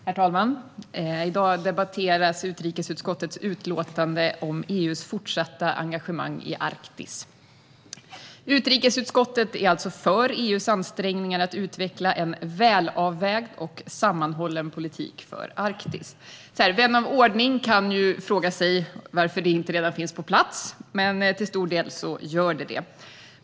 Herr talman! I dag debatteras utrikesutskottets utlåtande om EU:s fortsatta engagemang i Arktis. Utrikesutskottet är för EU:s ansträngningar att utveckla en välavvägd och sammanhållen politik för Arktis. Vän av ordning kan ju fråga sig varför detta inte redan finns på plats, men till stor del gör det det.